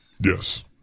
Yes